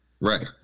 Right